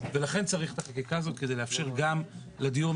ולכן צריך את החקיקה הזאת כדי לאפשר.